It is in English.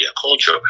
culture